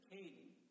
Katie